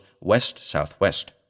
west-southwest